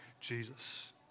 Jesus